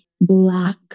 black